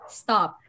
stop